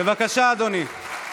בבקשה, אדוני.